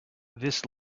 this